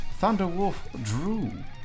ThunderwolfDrew